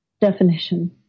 definition